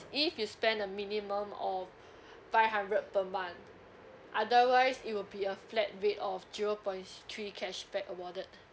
if you spend a minimum of five hundred per month otherwise it will be a flat rate of zero points sh~ three cashback awarded